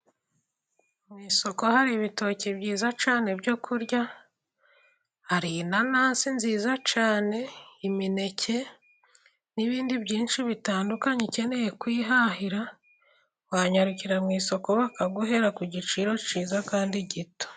Mu isoko hari ibitoki byiza cyane byo kurya, hari inanasi nziza cyane, imineke n'ibindi byinshi bitandukanye, ukeneye kwihahira, wanyarukira mu isoko bakaguhera ku giciro cyiza kandi gito.